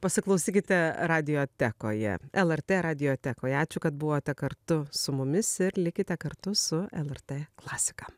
pasiklausykite radiotekoje lrt radiotekoje ačiū kad buvote kartu su mumis ir likite kartu su lrt klasika